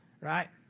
Right